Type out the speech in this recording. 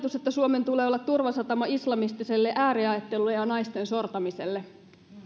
hallitus että suomen tulee olla turvasatama islamistiselle ääriajattelulle ja naisten sortamiselle